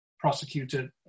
prosecuted